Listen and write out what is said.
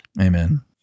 amen